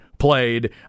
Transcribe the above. played